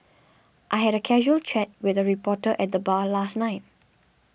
I had a casual chat with a reporter at the bar last night